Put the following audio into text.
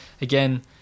again